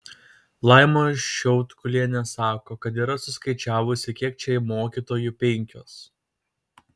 laima šiaudkulienė sako kad yra suskaičiavusi kiek čia mokytojų penkios